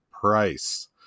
Price